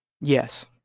Yes